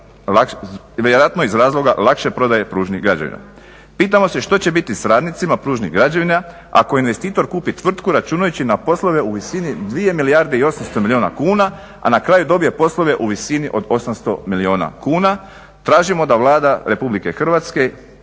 iz razloga lakše prodaje pružnih građevina. Pitamo se što će biti sa radnicima pružnih građevina ako investitor kupi tvrtku računajući na poslove u visini 2 milijarde i 800 milijuna kuna a na kraju dobije poslove u visini od 800 milijuna kuna. Tražimo da Vlada Republike Hrvatske